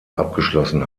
abgeschlossen